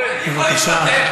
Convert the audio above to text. בבקשה.